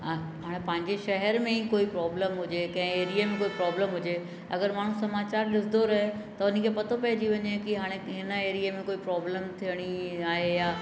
ऐं हाणे पंहिंजे शहर में ई कोई प्रॉब्लम हुजे कंहिं एरिए में कोई प्रॉब्लम हुजे अगरि माण्हू समाचार ॾिसंदो रहे त हुन खे पतो पइजी वञे की हाणे हिन एरिए में कोई प्रॉब्लम थियणी आहे या